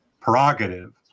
prerogative